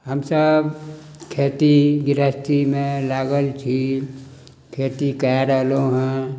हमसब खेती गृहस्थी मे लागल छी खेती कए रहलहुॅं हँ